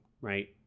right